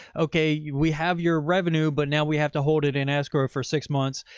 okay, we have your revenue, but now we have to hold it in escrow for six months,